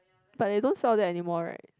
but they don't sell that anymore right